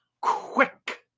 quick